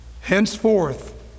Henceforth